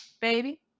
Baby